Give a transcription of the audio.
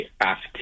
asked